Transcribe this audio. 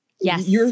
Yes